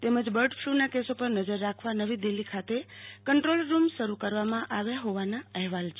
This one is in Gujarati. તેમજ બર્ડફલુના કેસો પર નજર રાખવા નવી દિલ્ફી ખાતે કંન્દ્રોલરૂમ શરૂ કરવામાં આવ્યા હોવાના અહેવાલ છે